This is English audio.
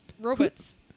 Robots